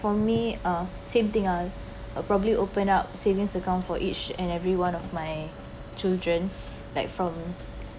for me ah same thing ah uh probably open up savings account for each and every one of my children like from